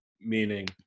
meaning